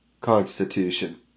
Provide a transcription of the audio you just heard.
constitution